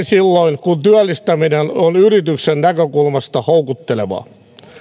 silloin kun työllistäminen on yrityksen näkökulmasta houkuttelevaa